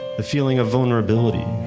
the feeling of vulnerability,